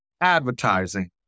advertising